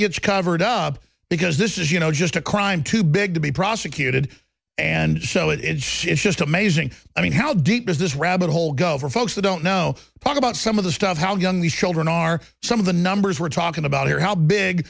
gets covered up because this is you know just a crime too big to be prosecuted and show it she is just amazing i mean how deep is this rabbit hole go for folks who don't know talk about some of the stuff how young these children are some of the numbers we're talking about here how big